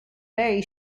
very